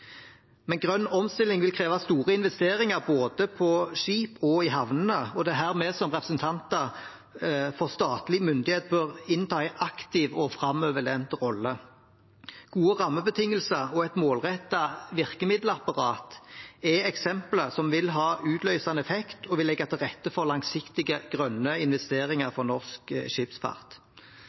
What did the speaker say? Men grønn omstilling vil kreve store investeringer både på skip og i havnene, og det er her vi som representanter for statlig myndighet bør innta en aktiv og framoverlent rolle. Gode rammebetingelser og et målrettet virkemiddelapparat er eksempler som vil ha utløsende effekt og legge til rette for langsiktige grønne investeringer for norsk skipsfart.